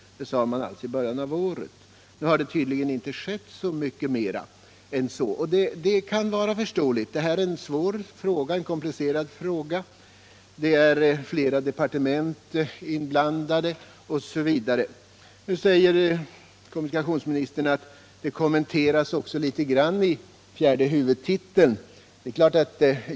Detta sade alltså trafikutskottet för snart ett år sedan. Sedan dess har det tydligen inte skett så mycket mera. Det kan vara förståeligt. Detta är en komplicerad fråga. Flera departement är inblandade osv. Nu säger kommunikationsministern att frågan kommenteras något under fjärde huvudtiteln i årets budgetproposition.